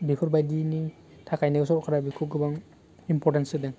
बेफोरबायदिनि थाखाइनो सरकारा बेखौ गोबां इम्परटेन्च होदों